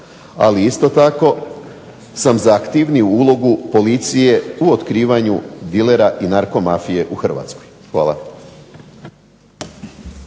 ali isto tako sam za aktivniju ulogu policije u otkrivanju dilera i narkomafije u Hrvatskoj. Hvala.